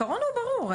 העיקרון הוא ברור,